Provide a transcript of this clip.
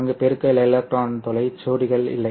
அங்கு பெருக்கல் எலக்ட்ரான் துளை ஜோடிகள் இல்லை